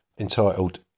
entitled